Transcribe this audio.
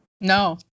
No